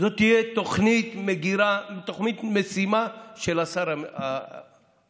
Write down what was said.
זאת תהיה תוכנית משימה של השר הממונה,